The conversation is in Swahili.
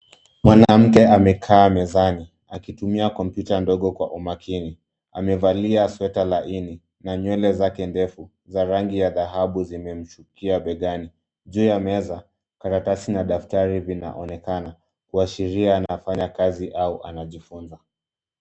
Mwanamke amekaa mezani akitumia kompyuta ndogo kwa umakini. Amevalia sweta laini na nywele zake ndefu za rangi ya dhahabu zimemfikia begani. Juu ya meza, karatasi na daftari zinaonekana kuashiria anafanya kazi au anajifunza.